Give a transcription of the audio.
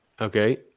Okay